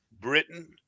Britain